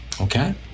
Okay